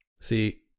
see